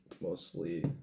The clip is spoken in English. mostly